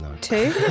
Two